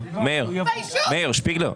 --- שפיגלר,